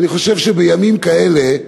ואני חושב שבימים כאלה,